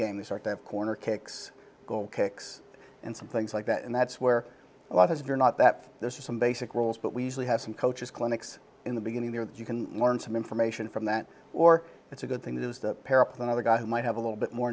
game they start to have corner kicks goal kicks and some things like that and that's where a lot has your not that there are some basic rules but we usually have some coaches clinics in the beginning there that you can learn some information from that or it's a good thing that is the parapet and other guy who might have a little bit more